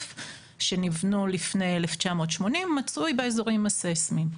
שניבנו לפני 1980 מצוי באזורים הסיסמיים.